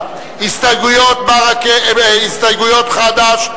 ההסתייגויות של קבוצת סיעת בל"ד לסעיף 36,